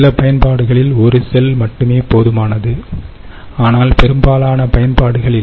சில பயன்பாடுகளில்ஒரு செல் மட்டுமே போதுமானது ஆனால் பெரும்பாலான பயன்பாடுகளில்